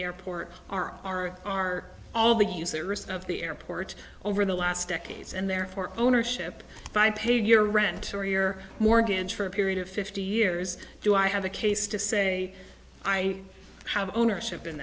airport are are are all the use that rest of the airport over the last decades and therefore ownership by paying your rent or your mortgage for a period of fifty years do i have a case to say i have ownership in